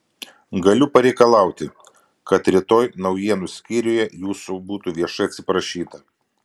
galiu pareikalauti kad rytoj naujienų skyriuje jūsų būtų viešai atsiprašyta